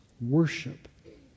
worship